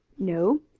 no,